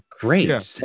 Great